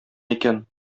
икән